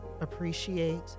appreciate